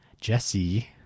Jesse